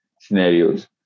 scenarios